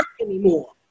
anymore